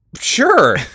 Sure